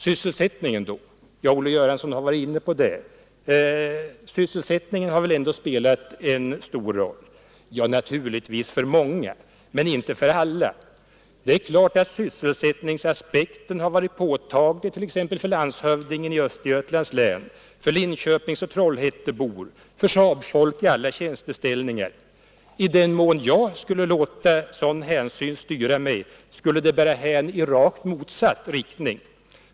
Sysselsättningen då — herr Göransson var inne på den och jag instämmer med honom — har väl ändå spelat en stor roll? Ja, naturligtvis för många men inte för alla. Det är klart att sysselsättningsaspekten har varit påtaglig t.ex. för landshövdingen i Östergötlands län, för linköpingsoch trollhättebor, för SAAB-folk i alla tjänsteställningar. I den mån jag skulle låta sådan hänsyn styra mig skulle det bära hän i rakt motsatt riktning.